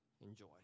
Enjoy